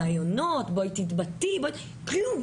ריאיונות, בואי תתבטאי, כלום.